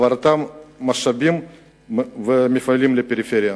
העברת משאבים ומפעלים לפריפריה.